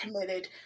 committed